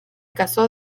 casó